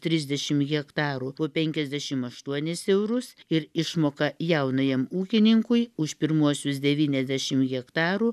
trisdešimt hektarų po penkiasdešimt aštuonis eurus ir išmoka jaunajam ūkininkui už pirmuosius devyniasdešimt hektarų